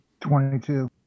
Twenty-two